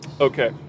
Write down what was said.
Okay